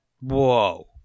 Whoa